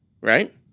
Right